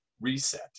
reset